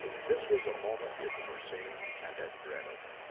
this was a moment he had foreseen and had dreaded.